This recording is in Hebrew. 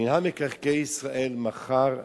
מינהל מקרקעי ישראל מכר שטחים,